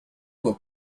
will